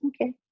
Okay